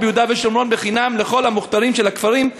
ביהודה ושומרון חינם לכל המוכתרים של הכפרים,